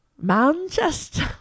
Manchester